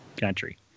country